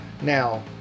Now